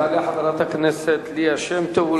תעלה חברת הכנסת ליה שמטוב,